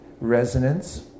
resonance